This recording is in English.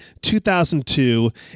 2002